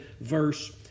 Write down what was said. Verse